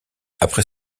après